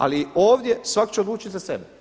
Ali ovdje svak' će odlučit za sebe.